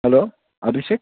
hello Abhishek